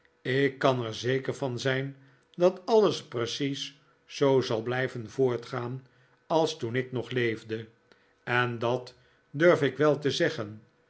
ik kan er zeker van zijn dat alies precies zoo zal blijven voortgaan als toen ik nog leefde en dat durf ik wel te zeggen